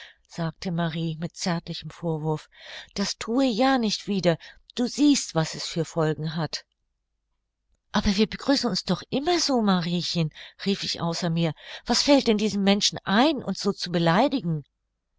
sagte marie mit zärtlichem vorwurf das thue ja nicht wieder du siehst was es für folgen hat aber wir begrüßen uns doch immer so mariechen rief ich außer mir was fällt denn diesem menschen ein uns so zu beleidigen